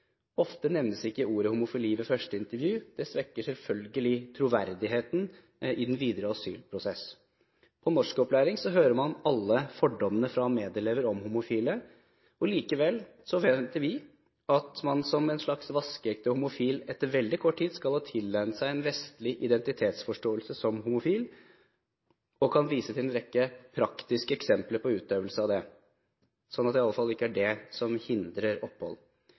Ofte nevnes ikke ordet «homofili» i første intervju. Det svekker selvfølgelig troverdigheten i den videre asylprosessen. På norskopplæringen hører man alle fordommene om homofile fra medelever. Likevel forventer vi at man som en slags vaskeekte homofil etter veldig kort tid skal ha tilegnet seg en vestlig identitetsforståelse som homofil, og kan vise til en rekke praktiske eksempler på utøvelsen av det – sånn at det i alle fall ikke er det som hindrer opphold.